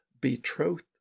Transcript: betrothed